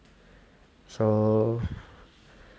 so